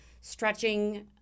stretching